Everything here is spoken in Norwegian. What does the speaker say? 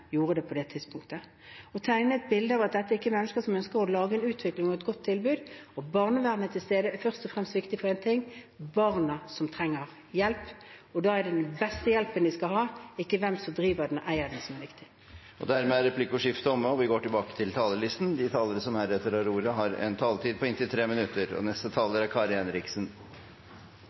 gjorde det. Det tegnes et bilde av at dette er mennesker som ikke ønsker utvikling, og som ikke ønsker å lage et godt tilbud. At barnevernet er til stede, er først og fremst viktig for én ting: barna som trenger hjelp, og da er det den beste hjelpen de skal ha, som er viktig, og ikke hvem som driver eller er eier. Replikkordskiftet er omme. De talere som heretter får ordet, har en taletid på inntil 3 minutter. Jeg vil gratulere med dannelsen av en utvidet mindretallsregjering. Den gir heldigvis rom for opposisjonens politikk på mange og